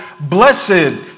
Blessed